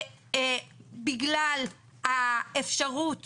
בגלל האפשרות